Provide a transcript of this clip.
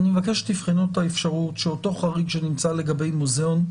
אני מבקש שתבחנו את האפשרות שאותו חריג שנמצא לגבי מוזיאון,